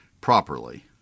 properly